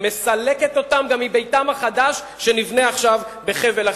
היא מסלקת אותם גם מביתם החדש שנבנה עכשיו בחבל לכיש.